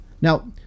Now